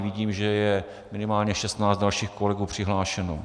Vidím, že je minimálně 16 dalších kolegů přihlášeno.